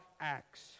acts